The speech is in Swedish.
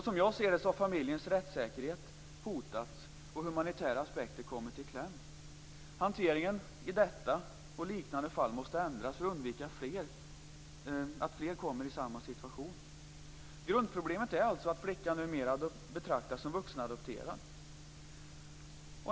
Som jag ser det har familjens rättssäkerhet hotats och humanitära aspekter kommit i kläm. Hanteringen i detta och liknande fall måste ändras för att undvika att fler hamnar i samma situation. Grundproblemet är alltså att flickan numera betraktas som vuxenadopterad.